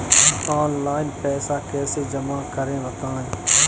Online पैसा कैसे जमा करें बताएँ?